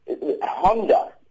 Honda